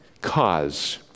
cause